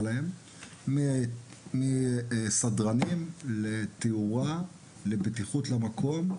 שצריך ״למפיקים.״ סדרנים, תאורה, בטיחות למקום,